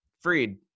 Freed